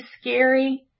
Scary